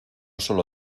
solo